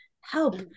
help